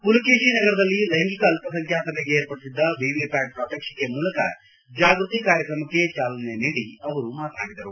ಮಲಕೇಶಿ ನಗರದಲ್ಲಿ ಲೈಂಗಿಕ ಅಲ್ಲಸಂಖ್ಯಾತರಿಗೆ ವಿರ್ಪಡಿಸಿದ್ದ ವಿವಿ ಪ್ಯಾಟ್ ಪ್ರಾತ್ಯಕ್ಷಿಕೆ ಮೂಲಕ ಜಾಗ್ಯತಿ ಕಾರ್ಯಕ್ರಮಕ್ಕೆ ಚಾಲನೆ ನೀಡಿ ಅವರು ಮಾತನಾಡಿದರು